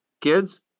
Kids